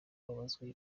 babazwa